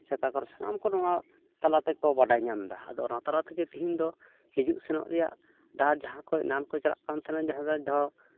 ᱥᱮ ᱚᱠᱟ ᱠᱚᱨᱮᱫ ᱥᱟᱱᱟᱢ ᱠᱚ ᱱᱚᱣᱟ ᱛᱟᱞᱟ ᱛᱮᱠᱚ ᱵᱟᱰᱟᱭ ᱧᱟᱢᱫᱟ ᱟᱫᱚ ᱚᱱᱟ ᱛᱟᱞᱟ ᱛᱮᱜᱮ ᱛᱮᱦᱤᱧᱫᱚ ᱦᱤᱡᱩᱜ ᱥᱮᱱᱚᱜ ᱨᱮᱭᱟᱜ ᱰᱟᱦᱟᱨ ᱡᱟᱦᱟᱸ ᱠᱚᱨᱮᱱ ᱱᱟᱢ ᱠᱚ ᱪᱟᱞᱟᱜ ᱠᱟᱱ ᱛᱟᱦᱮᱸᱜ ᱡᱟᱦᱟᱸ ᱛᱮᱫᱚ